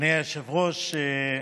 אדוני היושב-ראש,